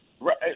Right